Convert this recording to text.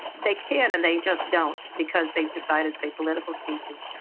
they can and they just don't because they've decided they political speeches.